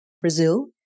Brazil